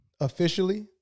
officially